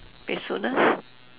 peacefulness